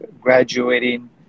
graduating